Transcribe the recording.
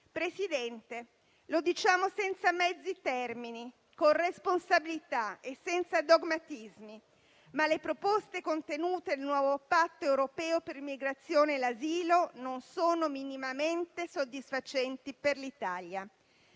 Presidente del Consiglio, senza mezzi termini, ma con responsabilità e senza dogmatismi diciamo che le proposte contenute nel nuovo patto europeo per l'immigrazione e l'asilo non sono minimamente soddisfacenti per l'Italia.